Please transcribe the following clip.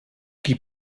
qui